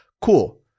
cool